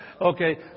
Okay